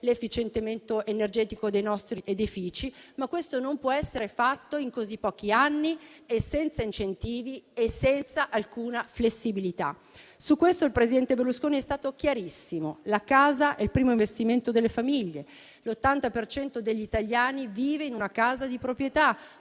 l'efficientamento energetico dei nostri edifici, ma questo non può essere fatto in così pochi anni, senza incentivi e senza alcuna flessibilità. Su questo il presidente Berlusconi è stato chiarissimo: la casa è il primo investimento delle famiglie, l'80 per cento degli italiani vive in una casa di proprietà,